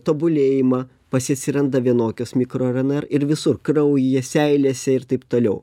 tobulėjimą pas jį atsiranda vienokios mikro rnr ir visur kraujyje seilėse ir taip toliau